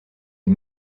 est